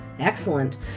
Excellent